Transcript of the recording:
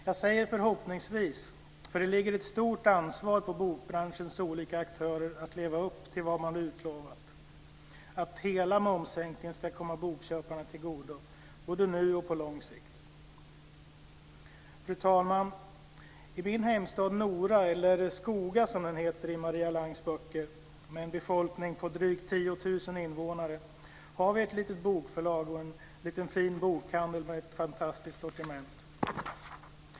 Jag säger förhoppningsvis, för det ligger ett stort ansvar på bokbranschens olika aktörer att leva upp till vad man utlovat, att hela momssänkningen ska komma bokköparna till godo, både nu och på lång sikt. Fru talman! I min hemstad Nora, eller Skoga som den heter i Maria Langs böcker, med en befolkning på drygt 10 000 invånare, har vi ett litet bokförlag och en liten fin bokhandel med ett fantastiskt sortiment.